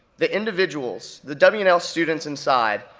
the individuals, the w and l students inside,